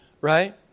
Right